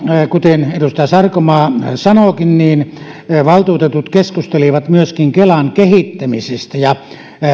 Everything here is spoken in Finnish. kuten edustaja sarkomaa sanookin valtuutetut keskustelivat myöskin kelan kehittämisestä ja